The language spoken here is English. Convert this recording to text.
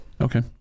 okay